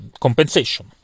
compensation